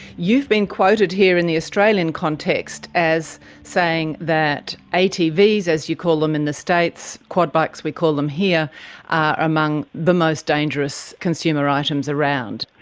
you've been quoted here in the australian context as saying that atvs, as you call them in the states, quad bikes we call them here, are among the most dangerous consumer items around.